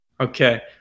Okay